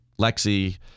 Lexi